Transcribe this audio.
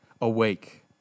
awake